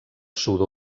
sud